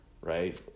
right